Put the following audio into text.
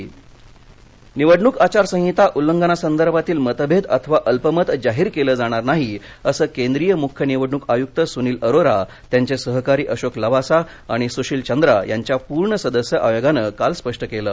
निवडणक आयोग निवडणूक आचारसंहिता उल्लंघनासंदर्भातील मतभेद अथवा अल्पमत जाहीर केलं जाणार नाही असं केंद्रीय मुख्य निवडणुक आयुक्त सूनील अरोरा त्यांचे सहकारी अशोक लवासा आणि सूशील चंद्रा यांच्या पूर्ण सदस्य आयोगानं काल स्पष्ट केलं